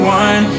one